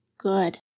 Good